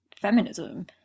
feminism